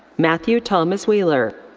matthew thomas wheeler.